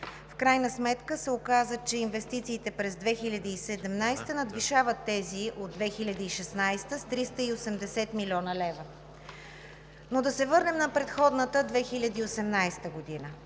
В крайна сметка се оказа, че инвестициите през 2017 г. надвишават тези от 2016 г. с 380 млн. лв. Да се върнем обаче на предходната 2018 г.